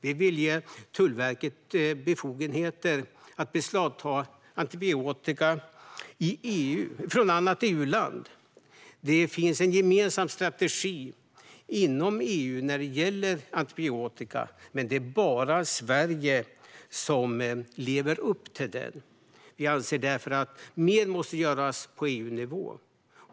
Vi vill ge Tullverket befogenheter att beslagta antibiotika från annat EU-land. Det finns en gemensam strategi inom EU när det gäller antibiotika, men det är bara Sverige som lever upp till den. Vi anser därför att mer måste göras på EU-nivå.